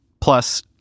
plus